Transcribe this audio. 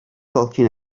talking